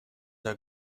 der